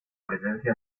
presencia